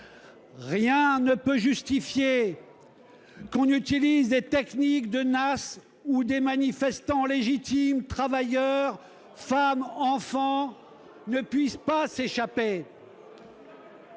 Rien ne peut justifier qu'on utilise des techniques de nasse, dont des manifestants légitimes, travailleurs, femmes, enfants, ne peuvent s'échapper.